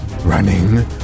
running